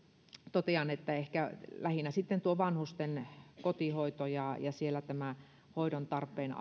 totean lähinnä vanhusten kotihoidosta ja siellä hoidon tarpeen